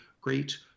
great